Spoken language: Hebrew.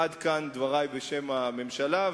עד כאן דברי בשם הממשלה,